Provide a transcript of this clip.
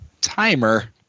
Timer